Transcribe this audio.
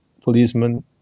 policeman